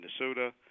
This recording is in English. Minnesota